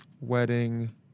Wedding